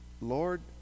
Lord